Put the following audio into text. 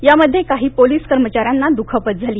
यामध्ये काही पोलीस कर्मचाऱ्यांना दुखापत झाली